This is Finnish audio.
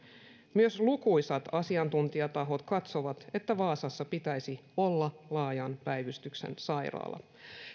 myös lukuisat asiantuntijatahot katsovat että vaasassa pitäisi olla laajan päivystyksen sairaala